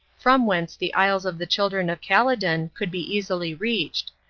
from whence the isles of the children of khaledan could be easily reached,